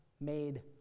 made